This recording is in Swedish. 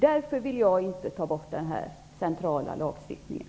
Därför vill jag inte ta bort den centrala lagstiftningen.